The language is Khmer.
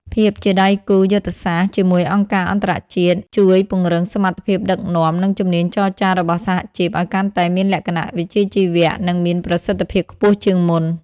ភាពជាដៃគូយុទ្ធសាស្ត្រជាមួយអង្គការអន្តរជាតិជួយពង្រឹងសមត្ថភាពដឹកនាំ និងជំនាញចរចារបស់សហជីពឱ្យកាន់តែមានលក្ខណៈវិជ្ជាជីវៈ និងមានប្រសិទ្ធភាពខ្ពស់ជាងមុន។